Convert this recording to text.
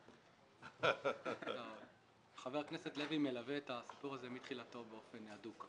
חבר הכנסת לוי מלווה את הסיפור הזה מתחילתו באופן הדוק.